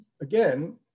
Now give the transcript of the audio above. again